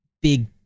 big